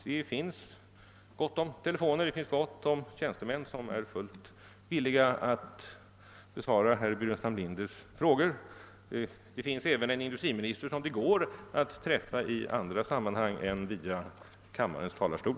Det finns gott om telefoner, och det finns gott om tjänstemän som är fullt villiga att besvara herr Burenstam Linders frågor. Det finns även en industriminister som det går att träffa i andra sammanhang än via kammarens talarstol.